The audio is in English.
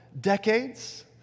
decades